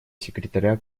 секретаря